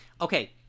okay